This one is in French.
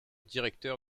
directeur